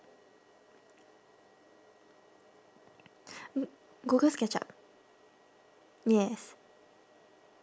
google sketchup yes